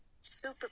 Super